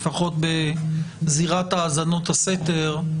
לפחות בזירת האזנות הסתר,